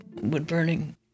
wood-burning